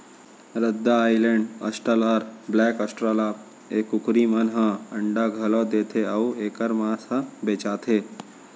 रद्दा Island, Australorp, black Australorp ए कुकरी मन ह अंडा घलौ देथे अउ एकर मांस ह बेचाथे